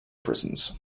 prisons